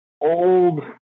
old